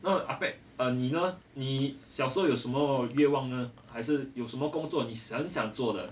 那 ah fat err 你呢你小时候有什么愿望呢还是有什么工作你很想做的